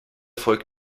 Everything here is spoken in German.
folgt